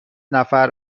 نفر